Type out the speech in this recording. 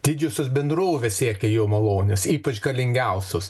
didžiosios bendrovės siekia jo malonės ypač galingiausios